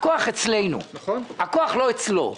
הכוח אצלנו, הכוח לא אצלו.